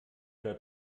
oder